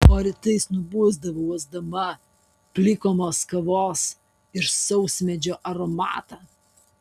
o rytais nubusdavau uosdama plikomos kavos ir sausmedžio aromatą